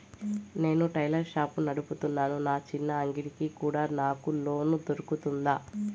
నేను tailor shop నడుపుతున్నాను, నా చిన్న అంగడి కి కూడా నాకు లోను దొరుకుతుందా?